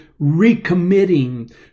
recommitting